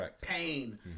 pain